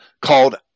called